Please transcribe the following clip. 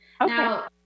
Now